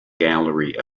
gallery